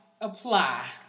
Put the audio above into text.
apply